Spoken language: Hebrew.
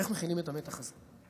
איך מכילים את המתח הזה?